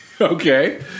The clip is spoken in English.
okay